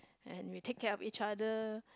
and will take care of each other